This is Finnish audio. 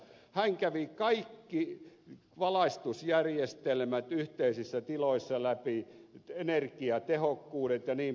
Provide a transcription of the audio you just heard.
hän kävi kaikki valaistusjärjestelmät yhteisissä tiloissa läpi energiatehokkuudet jnp